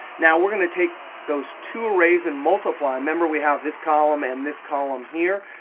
now, we're going to take those two arrays and multiply. remember, we have this column and this column here.